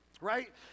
right